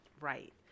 Right